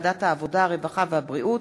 ערעור על החלטת הוועדה הרפואית